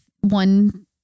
one